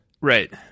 Right